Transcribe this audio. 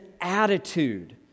attitude